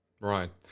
Right